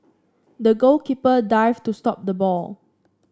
the goalkeeper dived to stop the ball